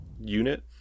unit